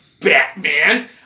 Batman